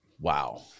Wow